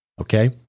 Okay